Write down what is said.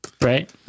Right